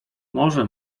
może